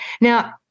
Now